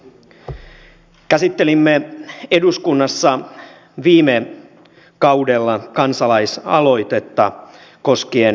käsittelimme eduskunnassa viime kaudella kansalaisaloitetta koskien energiatodistuksia